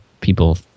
people